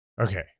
Okay